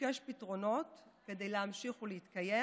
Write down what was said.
וביקש פתרונות כדי להמשיך ולהתקיים.